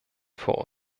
vor